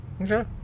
Okay